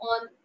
on